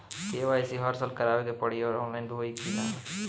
KYC हर साल करवावे के पड़ी और ऑनलाइन होई की ना?